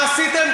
מה עשיתם?